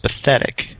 pathetic